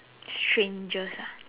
strangest ah